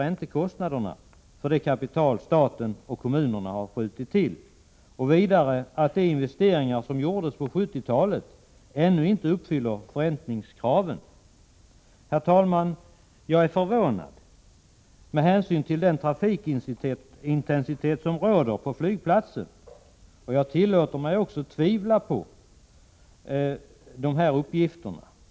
räntekostnaderna för det kapital staten och kommunerna skjutit till.” Vidare hävdar kommunikationsministern att de investeringar som gjordes på 1970-talet ännu inte uppfyller förräntningskravet. Herr talman! Jag är förvånad över dessa uppgifter. Med hänsyn till den trafikintensitet som råder på flygplatsen tillåter jag mig faktiskt att tvivla på uppgifterna.